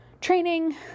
training